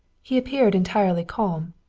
he appeared entirely calm.